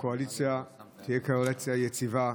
הקואליציה תהיה קואליציה יציבה.